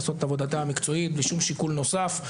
לעשות את עבודתה המקצועית בלי שום שיקול נוסף.